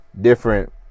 different